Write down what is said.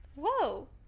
Whoa